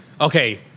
Okay